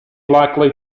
likely